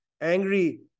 angry